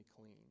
clean